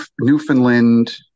Newfoundland